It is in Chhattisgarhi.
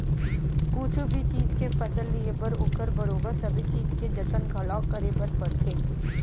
कुछु भी चीज के फसल लिये बर ओकर बरोबर सबे चीज के जतन घलौ करे बर परथे